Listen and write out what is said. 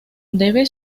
debe